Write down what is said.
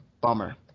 bummer